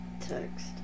Text